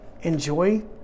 enjoy